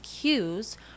cues